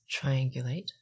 triangulate